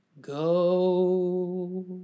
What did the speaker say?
go